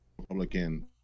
Republican